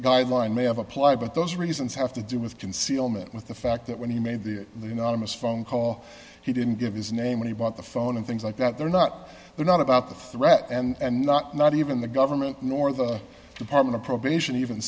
guideline may have applied but those reasons have to do with concealment with the fact that when he made the you know honest phone call he didn't give his name when he bought the phone and things like that they're not they're not about the threat and not not even the government nor the department of probation even